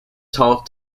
tall